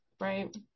right